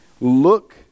Look